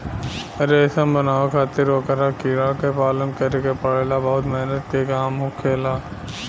रेशम बनावे खातिर ओकरा कीड़ा के पालन करे के पड़ेला बहुत मेहनत के काम होखेला